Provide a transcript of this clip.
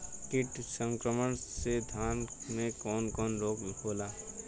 कीट संक्रमण से धान में कवन कवन रोग होला?